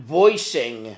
voicing